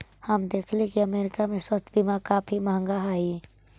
हम देखली की अमरीका में स्वास्थ्य बीमा काफी महंगा हई